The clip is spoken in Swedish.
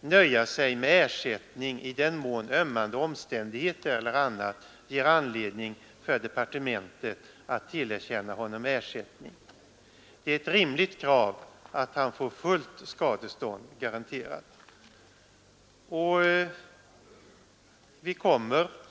nöja sig med ersättning endast i den mån ömmande omständigheter eller annat ger departementet anledning att tillerkänna honom ersättning. Det är ett rimligt krav att han får fullt skadestånd garanterat.